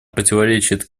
противоречит